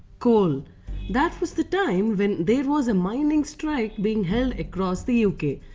coal that was the time when there was a mining strike being held across the uk.